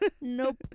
Nope